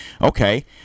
Okay